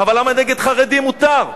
אבל למה נגד חרדים מותר?